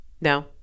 no